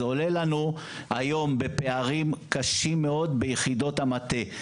זה עולה לנו היום בפערים קשים מאוד ביחידות המטה,